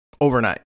overnight